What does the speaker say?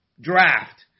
draft